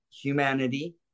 Humanity